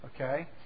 Okay